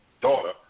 daughter